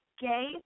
gay